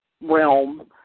realm